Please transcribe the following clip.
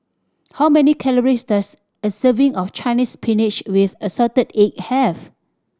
how many calories does a serving of Chinese Spinach with assorted egg have